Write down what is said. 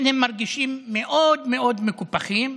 הם מרגישים מאוד מאוד מקופחים,